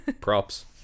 Props